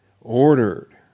ordered